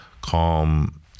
calm